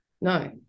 no